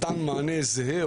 מתן מענה זהה,